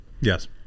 yes